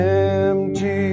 empty